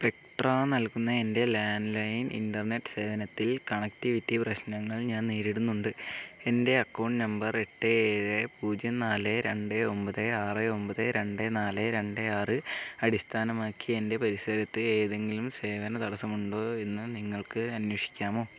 Spectra നൽകുന്ന എൻ്റെ landline internet സേവനത്തിൽ കണക്റ്റിവിറ്റി പ്രശ്നങ്ങൾ ഞാൻ നേരിടുന്നുണ്ട് എൻ്റെ അക്കൗണ്ട് നമ്പർ എട്ട് ഏഴ് പൂജ്യം നാല് രണ്ട് ഒൻപത് ആറ് ഒൻപത് രണ്ട് നാല് രണ്ട് ആറ് അടിസ്ഥാനമാക്കി എൻ്റെ പരിസരത്ത് ഏതെങ്കിലും സേവന തടസ്സമുണ്ടോ എന്ന് നിങ്ങൾക്ക് അന്വേഷിക്കാമോ